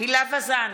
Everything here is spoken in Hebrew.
הילה וזאן,